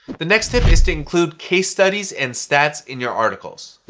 the next tip is to include case studies and stats in your articles.